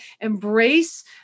embrace